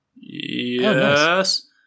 Yes